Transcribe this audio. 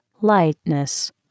lightness